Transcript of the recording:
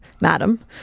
madam